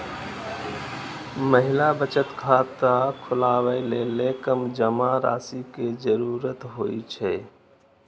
महिला बचत खाता खोलबै लेल कम जमा राशि के जरूरत होइ छै